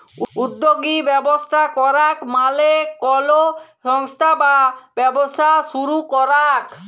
উদ্যগী ব্যবস্থা করাক মালে কলো সংস্থা বা ব্যবসা শুরু করাক